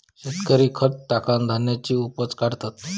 शेतकरी खत टाकान धान्याची उपज काढतत